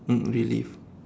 mm relive